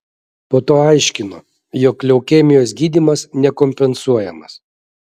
po to aiškino jog leukemijos gydymas nekompensuojamas